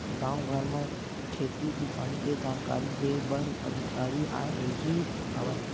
गाँव घर म खेती किसानी के जानकारी दे बर अधिकारी आए रिहिस हवय